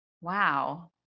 Wow